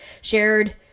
shared